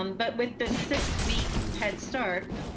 um but with this six-week head start,